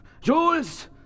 Jules